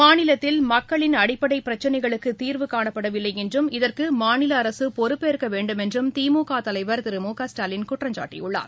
மாநிலத்தில் மக்களின் அடிப்படை பிரச்சினைகளுக்கு தீர்வு காணப்படவில்லை என்றும் இதற்கு மாநில அரசு பொறுப்பேற்க வேண்டுமென்றும் திமுக தலைவா் திரு மு க ஸ்டாலின் குற்றம்சாட்டியுள்ளார்